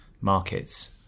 markets